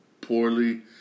poorly